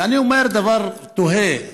ואני אומר דבר, תוהה: